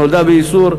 נולדה באיסור,